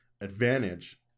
advantage